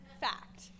fact